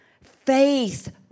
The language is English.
Faith